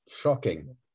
Shocking